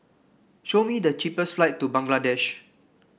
show me the cheapest flight to Bangladesh